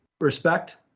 respect